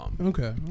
okay